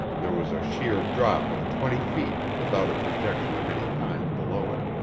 there was a sheer drop of twenty feet, without a projection of any kind below it.